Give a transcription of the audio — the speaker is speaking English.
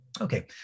Okay